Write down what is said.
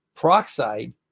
peroxide